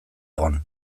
egon